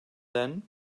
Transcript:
then